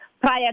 prior